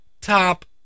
top